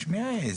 תשמעי,